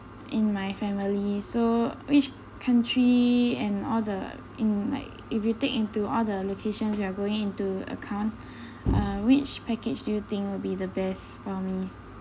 in my family so which country and all the in like if you take into all the locations we are going into account uh which package do you think will be the best for me